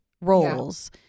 roles